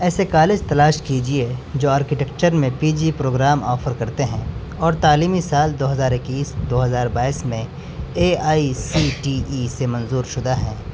ایسے کالج تلاش کیجیے جو آرکٹیکچر میں پی جی پروگرام آفر کرتے ہیں اور تعلیمی سال دو ہزار اکیس دو ہزار بائیس میں A I C T E سے منظور شدہ ہیں